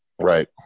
Right